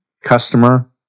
customer